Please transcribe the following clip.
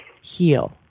heal